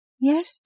Yes